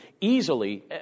easily